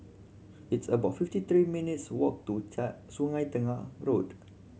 it's about fifty three minutes walk to Sungei Tengah Road